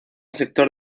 sector